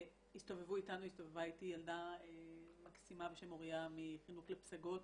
הסתובבה איתי ילדה מקסימה בשם מוריה מחינוכי פסגות,